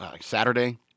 Saturday